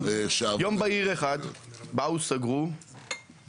יום בהיר אחד באו וסגרו